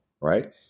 right